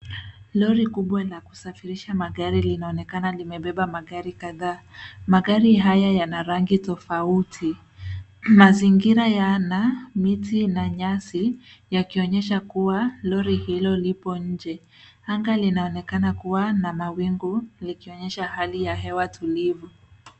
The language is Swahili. Lori kubwa la kusafirisha magari linaonekana limebeba magari kadhaa. Magari haya yana rangi tofauti. Mazingira yana miti na nyasi yakionyesha kuwa lori hilo lipo nje. Anga linaonekana kuwa na mawingu likionyesha hali ya hewa tulivu.